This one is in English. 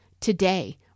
Today